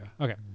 Okay